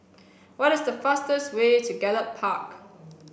what is the fastest way to Gallop Park